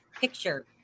picture